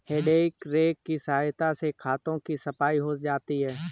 हेइ रेक की सहायता से खेतों की सफाई हो जाती है